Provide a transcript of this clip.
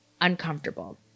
uncomfortable